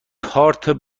تارت